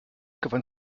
gewann